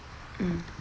mm